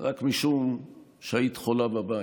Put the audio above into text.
רק משום שהיית חולה בבית,